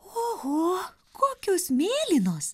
oho kokios mėlynos